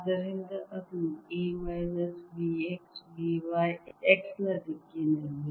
ಆದ್ದರಿಂದ ಅದು A minus B x B y x ನ ದಿಕ್ಕಿನಲ್ಲಿ